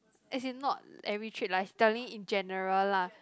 as in not every trip lah he's telling in general lah